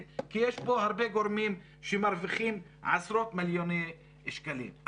כי יש פה הרבה גורמים שמרוויחים עשרות מיליוני שקלים.